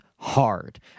Hard